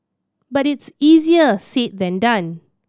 but it's easier said than done